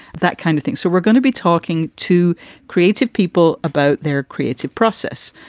that kind of thing. so we're going to be talking to creative people about their creative process.